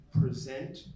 present